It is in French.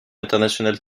international